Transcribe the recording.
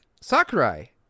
Sakurai